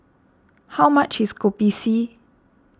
how much is Kopi C